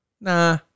Nah